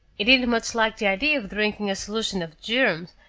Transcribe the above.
he didn't much like the idea of drinking a solution of germs,